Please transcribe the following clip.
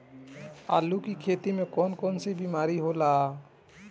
आलू की खेती में कौन कौन सी बीमारी होला?